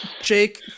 jake